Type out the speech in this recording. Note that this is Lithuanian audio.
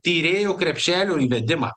tyrėjo krepšelio įvedimą